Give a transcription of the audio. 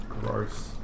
Gross